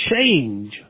change